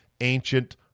ancient